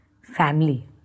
family